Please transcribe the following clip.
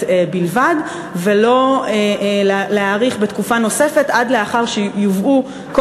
בלבד ולא להאריך בתקופה נוספת עד לאחר שיובאו כל